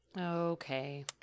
Okay